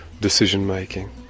decision-making